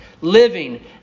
living